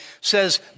says